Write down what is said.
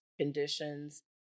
conditions